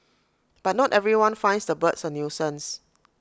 but not everyone finds the birds A nuisance